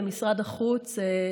אל משרד החוץ,